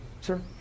sir